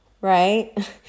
right